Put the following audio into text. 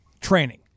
training